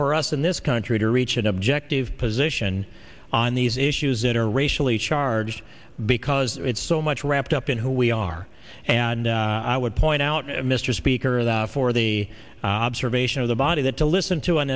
for us in this country to reach an objective position on these issues that are racially charged because it's so much wrapped up in who we are and i would point out mr speaker the for the observation of the body that to listen to an